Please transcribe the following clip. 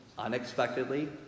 unexpectedly